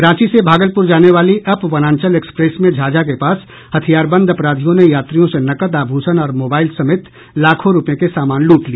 रांची से भागलपुर जाने वाली अप वनांचल एक्सप्रेस में झाझा के पास हथियारबंद अपराधियों ने यात्रियों से नकद आभूषण और मोबाइल समेत लाखों रुपये के सामान लूट लिए